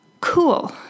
Cool